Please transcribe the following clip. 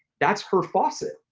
that's her faucet.